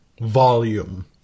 volume